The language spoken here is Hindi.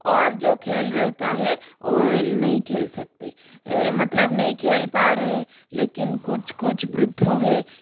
और जो खेल रहेता है वो नहीं खेल सकते मतलब नहीं खेल पा रहे लेकिन कुछ कुछ वृद्धों हैं